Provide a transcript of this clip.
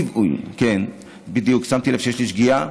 עוועים, בדיוק, שמתי לב שיש לי שגיאה.